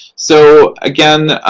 so, again,